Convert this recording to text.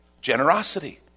generosity